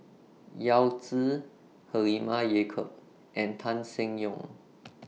Yao Zi Halimah Yacob and Tan Seng Yong